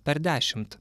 per dešimt